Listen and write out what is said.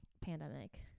Pandemic